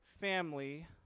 family